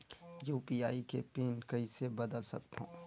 UPI के PIN कइसे बदल सकथव?